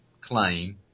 claim